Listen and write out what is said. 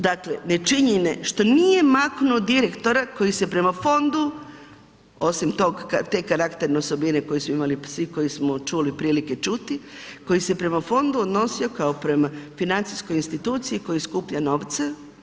Dakle, nečinjenje što nije maknuo direktora koji se prema fondu, osim te karakterne osobine koju su imali svi, koji smo čuli prilike čuti, koji se prema fondu odnosio kao prema financijskoj instituciji koji skuplja novce.